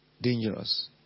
dangerous